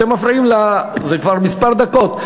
אתם מפריעים זה כבר כמה דקות.